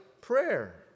prayer